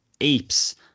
apes